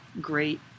great